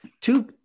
two